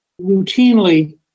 routinely